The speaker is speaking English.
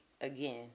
again